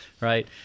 right